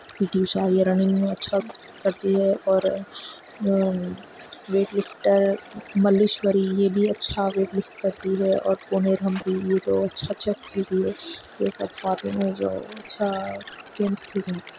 پی T Usha یہ running میں اچھا کرتی ہے اور ویٹ لفٹر ملیشوری یہ بھی اچھا ویٹ لفٹ کرتی ہے اور کونیر ہمپی یہ تو اچھا چیس کھیلتی ہے یہ سب خواتینیں جو اچھا گیمس کھیلتی ہیں